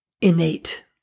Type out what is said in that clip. innate